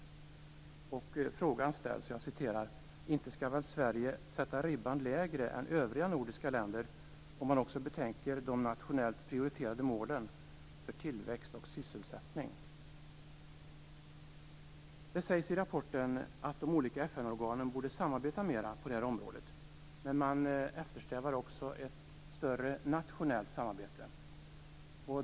Följande fråga ställs: "Inte skall väl Sverige sätta ribban lägre än övriga nordiska länder om man också betänker de nationellt prioriterade målen för tillväxt och sysselsättning?". Det sägs i rapporten att de olika FN-organen borde samarbeta mer på detta område, men man eftersträvar också ett större nationellt samarbete.